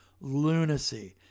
lunacy